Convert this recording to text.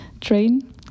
train